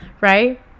right